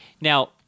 now